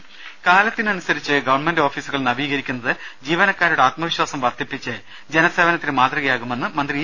രദേശ കാലത്തിനനുസരിച്ച് ഗവൺമെന്റ് ഓഫീസുകൾ നവീകരിക്കുന്നത് ജീവനക്കാരുടെ ആത്മവിശ്വാസം വർദ്ധിപ്പിച്ച് ജനസേവനത്തിന് മാതൃകയാകുമെന്ന് മന്ത്രി ഇ